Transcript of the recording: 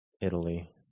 Italy